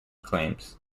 claims